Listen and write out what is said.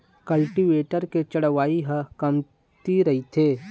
cultivator के चउड़ई ह कमती रहिथे